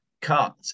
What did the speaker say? cut